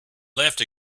left